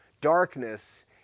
darkness